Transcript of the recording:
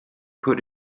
put